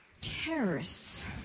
terrorists